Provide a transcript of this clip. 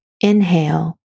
inhale